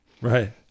Right